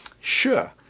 Sure